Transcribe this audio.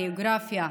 הגיאוגרפיה,